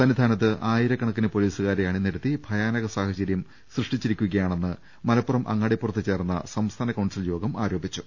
സന്നിധാനത്ത് ആയിര ക്കണക്കിന് പൊലീസുകാരെ അണിനിരത്തി ഭയാനക സാഹചര്യം സൃഷ്ടിച്ചിരിക്കുകയാണെന്ന് മലപ്പുറം അങ്ങാടിപ്പുറത്ത് ചേർന്ന സംസ്ഥാന കൌൺസിൽ യോഗം ആരോപിച്ചു